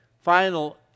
final